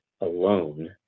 alone